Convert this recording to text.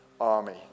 army